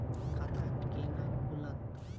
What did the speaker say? खाता केना खुलत?